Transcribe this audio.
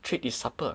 treat is supper